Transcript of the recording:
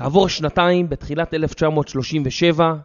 כעבור שנתיים, בתחילת 1937.